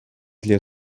для